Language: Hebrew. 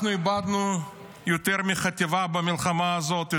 אנחנו איבדנו יותר מחטיבה במלחמה הזאת,